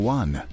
one